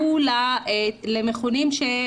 למרבה הצער, הם לא נותנים את השירות הזה.